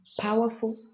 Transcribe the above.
powerful